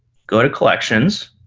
go to collections,